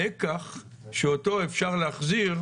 לקח שאותו אפשר להחזיר